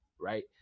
right